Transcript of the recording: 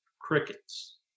crickets